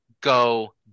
go